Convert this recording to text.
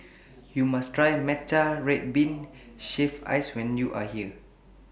YOU must Try Matcha Red Bean Shaved Ice when YOU Are here